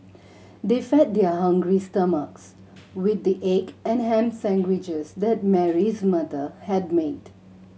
they fed their hungry stomachs with the egg and ham sandwiches that Mary's mother had made